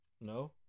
No